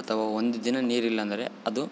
ಅಥವಾ ಒಂದು ದಿನ ನೀರು ಇಲ್ಲ ಅಂದರೆ